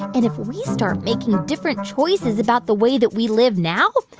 and if we start making different choices about the way that we live now,